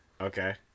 Okay